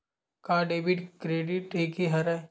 का debit credit एके हरय?